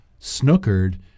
snookered